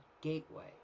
Gateway